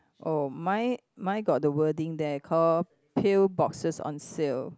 oh mine mine got the wording there call pill boxes on sale